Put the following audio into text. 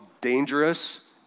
dangerous